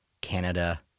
Canada